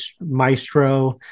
maestro